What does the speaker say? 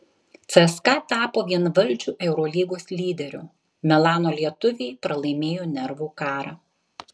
cska tapo vienvaldžiu eurolygos lyderiu milano lietuviai pralaimėjo nervų karą